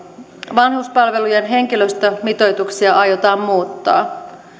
vanhuspalvelujen henkilöstömitoituksia aiotaan muuttaa